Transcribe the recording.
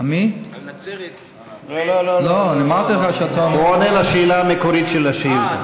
לא לא לא, הוא עונה על השאלה המקורית של השאילתה.